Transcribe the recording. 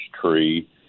tree